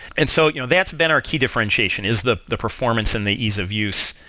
and so you know that's been our key differentiation, is the the performance and the ease of use.